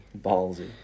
Ballsy